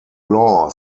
law